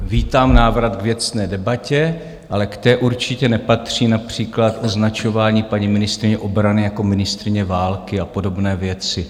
Vítám návrat k věcné debatě, ale k té určitě nepatří například označování paní ministryně obrany jako ministryně války a podobné věci.